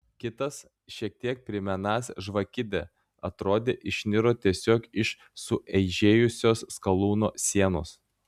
kitas šiek tiek primenąs žvakidę atrodė išniro tiesiog iš sueižėjusios skalūno sienos